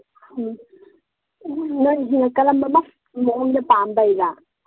ꯎꯝ ꯅꯪꯁꯤꯅ ꯀꯔꯝꯕ ꯃꯑꯣꯡꯗ ꯄꯥꯝꯕꯩꯔꯥ